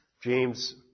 James